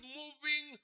moving